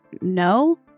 no